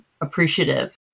appreciative